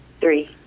Three